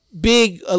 big